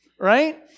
right